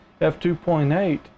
f2.8